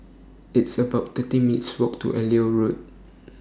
It's about thirty minutes' Walk to Elliot Road